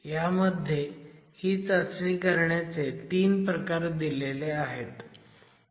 ह्यामध्ये ही चाचणी करण्याचे 3 प्रकार दिलेले आहेत